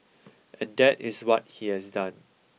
and that is what he has done